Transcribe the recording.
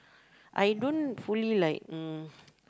I don't fully like mm